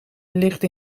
ligt